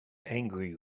angry